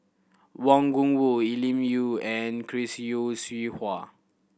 Wang Gungwu Elim You and Chris Yeo Siew Hua